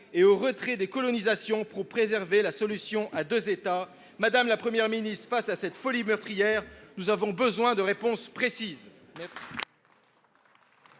et au retrait des colons pour préserver la solution à deux États ? Madame la Première ministre, face à cette folie meurtrière, nous avons besoin de réponses précises.